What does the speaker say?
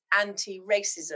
anti-racism